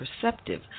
perceptive